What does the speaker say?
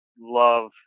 love